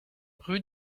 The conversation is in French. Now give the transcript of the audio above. rue